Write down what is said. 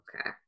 Okay